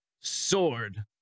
sword